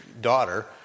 daughter